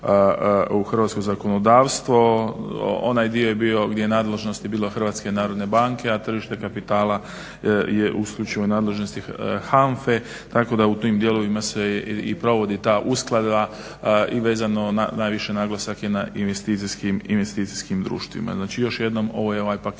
hrvatsko zakonodavstvo. Onaj dio je bio gdje nadležnost je bila HNB-e a tržište kapitala je u isključivoj nadležnosti HANFA-e tako da u tim dijelovima se provodi i ta uskladba i vezano na najviše naglasak na investicijskim društvima. Znači još jednom ovo je ovaj paket